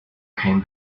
came